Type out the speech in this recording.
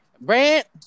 Brant